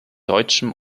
deutschen